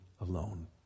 alone